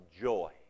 joy